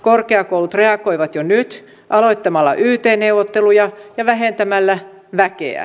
korkeakoulut reagoivat jo nyt aloittamalla yt neuvotteluja ja vähentämällä väkeä